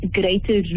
greater